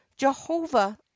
Jehovah